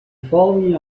following